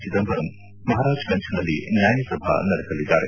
ಚಿದಂಬರಂ ಮಹರಾಜ್ಗಂಜ್ನಲ್ಲಿ ನ್ಯಾಯಸಭಾ ನಡೆಸಲಿದ್ದಾರೆ